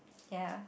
ya